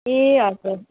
ए हजुर